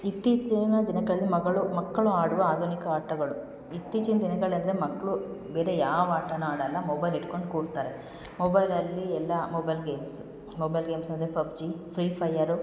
ಇತ್ತೀಚಿನ ದಿನಗಳಲ್ಲಿ ಮಗಳು ಮಕ್ಕಳು ಆಡುವ ಆಧುನಿಕ ಆಟಗಳು ಇತ್ತಿಚೀನ ದಿನಗಳಲ್ಲೆ ಮಕ್ಕಳು ಬೇರೆ ಯಾವ ಆಟನ ಆಡಲ್ಲ ಮೊಬೈಲ್ ಇಡ್ಕೊಂಡು ಕೂರ್ತಾರೆ ಮೊಬೈಲಲ್ಲಿ ಎಲ್ಲಾ ಮೊಬೈಲ್ ಗೇಮ್ಸ್ ಮೊಬೈಲ್ ಗೇಮ್ಸ್ ಅಂದರೆ ಪಬ್ಜಿ ಫ್ರೀ ಫಯರು